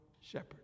shepherd